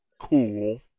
cool